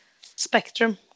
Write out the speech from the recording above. spectrum